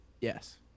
Yes